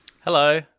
Hello